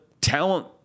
talent